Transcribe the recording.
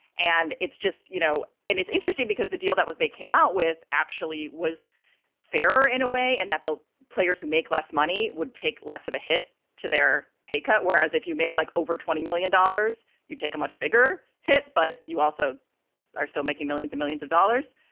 and it's just, you know, and it's interesting because the deal that was they came out with actually was farer in a way, and that the players who make less money would take less of a hit to their pay cut. whereas if you make like over twenty million dollars, you take a much bigger hit. but you also are still making millions of millions of dollars.